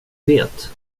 vet